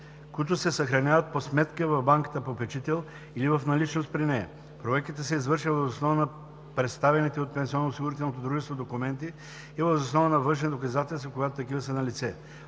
които се съхраняват по сметка в банката-попечител или в наличност при нея. Проверката се извършва въз основа на представените от пенсионноосигурителното дружество документи и въз основа на външни доказателства, когато такива са налице.